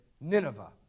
Nineveh